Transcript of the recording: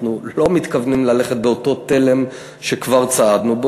אנחנו לא מתכוונים ללכת באותו תלם שכבר צעדנו בו.